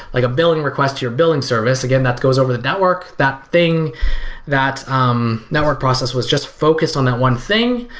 like a billing request to your billing service. again, that goes over the network that thing that that um network process was just focused on that one thing.